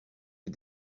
les